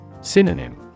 Synonym